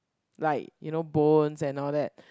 like you know bowls and all that